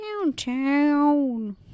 Downtown